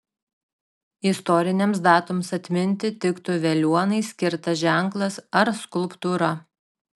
istorinėms datoms atminti tiktų veliuonai skirtas ženklas ar skulptūra